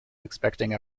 expecting